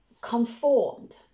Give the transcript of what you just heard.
conformed